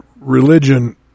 religion